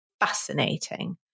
fascinating